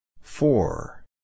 Four